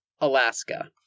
Alaska